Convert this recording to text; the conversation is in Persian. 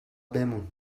بمون